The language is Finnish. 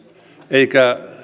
eikä